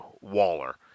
Waller